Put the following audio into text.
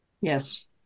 Yes